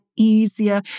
easier